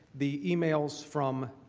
the emails from